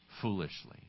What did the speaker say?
foolishly